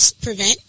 prevent